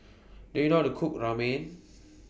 Do YOU know How to Cook Ramen